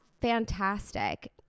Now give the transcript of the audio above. fantastic